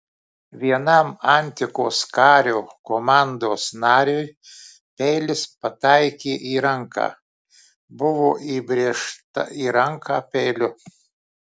vienam antikos kario komandos nariui peilis pataikė į ranką buvo įbrėžta į ranką peiliu